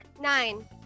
Nine